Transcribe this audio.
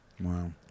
Wow